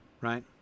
right